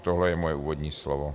Toto je moje úvodní slovo.